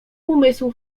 umysł